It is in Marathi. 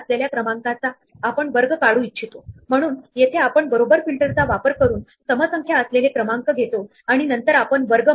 आता जर आपण यावर काही शिस्त आणली तर आपल्याला विशिष्ट असे डेटा स्ट्रक्चर मिळते जे स्टॅक पैकी एक आहे